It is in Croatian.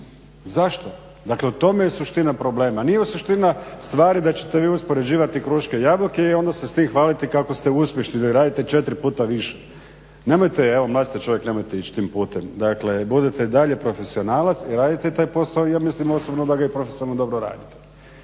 zašto? Dakle, u tome je suština problema. Nije suština stvari da ćete vi uspoređivati kruške i jabuke i onda se s tim hvaliti kako ste uspješni jer radite 4 puta više. Nemojte, evo mlad ste čovjek, nemojte ići tim putem. Dakle, budite i dalje profesionalac i radite taj posao, ja mislim osobno da ga i profesionalno dobro radite.